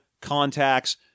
contacts